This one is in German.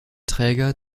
träger